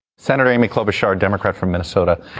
senator amy klobuchar, a democrat from minnesota.